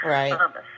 Right